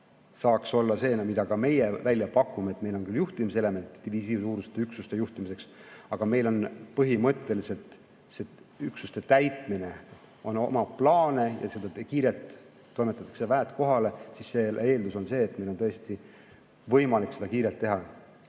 saaks olla see, mida meie välja pakume, et meil on küll juhtimiselement diviisisuuruste üksuste juhtimiseks, aga meil on põhimõtteliselt üksuste täitmine, on oma plaan ja kiirelt toimetatakse väed kohale, ning selle eeldus on see, et meil on tõesti võimalik seda kiirelt teha.